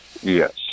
yes